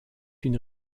une